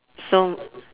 so